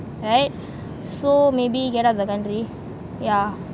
right so maybe get out of the country yeah